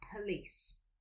Police